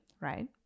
right